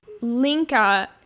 Linka